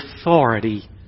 authority